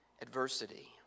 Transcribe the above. adversity